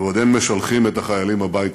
ועוד אין משלחים את החיילים הביתה.